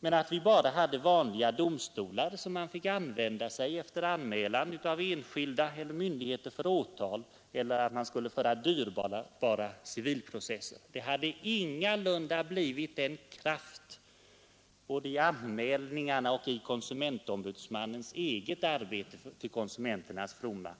men det bara hade funnits vanliga domstolar, vid vilka åtal kunde väckas efter anmälan av enskilda eller myndigheter, eller möjligheter att föra dyrbara civilprocesser, skulle det ingalunda ha blivit samma kraft vare sig i anmälningarna eller i konsumentombudsmannens eget arbete till konsumenternas fromma.